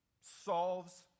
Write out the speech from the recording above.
solves